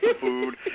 food